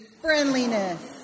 Friendliness